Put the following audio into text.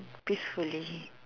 peacefully